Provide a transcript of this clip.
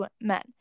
men